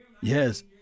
Yes